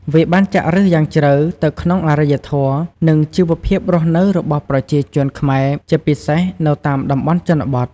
វាបានចាក់ឫសយ៉ាងជ្រៅទៅក្នុងអរិយធម៌ និងជីវភាពរស់នៅរបស់ប្រជាជនខ្មែរ ជាពិសេសនៅតាមតំបន់ជនបទ។